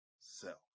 self